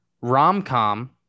rom-com